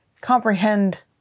comprehend